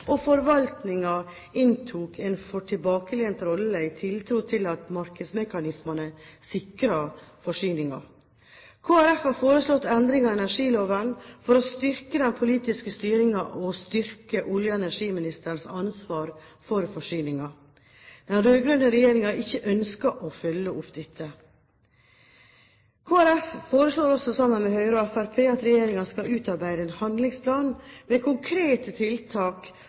og forvaltningen inntok en for tilbakelent rolle i tiltro til at markedsmekanismene sikret forsyningen. Kristelig Folkeparti har foreslått endringer i energiloven for å styrke den politiske styringen og styrke olje- og energiminsterens ansvar for forsyningen. Den rød-grønne regjeringen har ikke ønsket å følge opp dette. Kristelig Folkeparti foreslår også sammen med Høyre og Fremskrittspartiet at regjeringen skal utarbeide en handlingsplan med konkrete tiltak